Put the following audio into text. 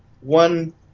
one